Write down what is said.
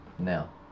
now